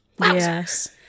Yes